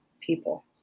people